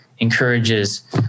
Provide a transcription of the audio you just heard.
encourages